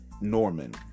Norman